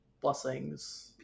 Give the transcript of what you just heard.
blessings